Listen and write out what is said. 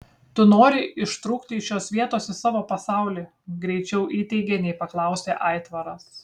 tu nori ištrūkti iš šios vietos į savo pasaulį greičiau įteigė nei paklausė aitvaras